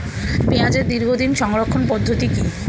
পেঁয়াজের দীর্ঘদিন সংরক্ষণ পদ্ধতি কি?